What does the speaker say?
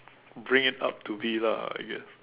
bring it up to me lah I guess